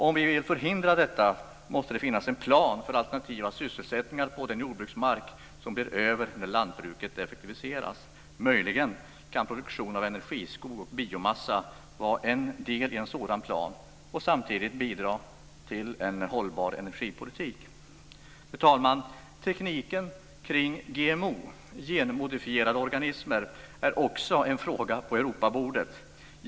Om vi vill förhindra detta måste det finnas en plan för alternativa sysselsättningar på den jordbruksmark som blir över när lantbruket effektiviseras. Möjligen kan produktion av energiskog och biomassa vara en del i en sådan plan och samtidigt bidra till en hållbar energipolitik. Fru talman! Tekniken kring GMO, genmodifierade organismer, är också en fråga på Europabordet.